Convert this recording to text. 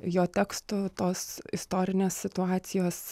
jo teksto tos istorinės situacijos